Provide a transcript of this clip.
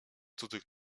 cudzych